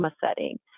setting